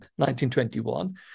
1921